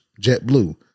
JetBlue